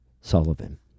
Sullivan